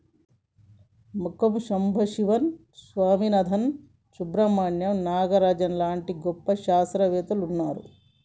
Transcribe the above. మంకంబు సంబశివన్ స్వామినాధన్, సుబ్రమణ్యం నాగరాజన్ లాంటి గొప్ప శాస్త్రవేత్తలు వున్నారు